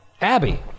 Abby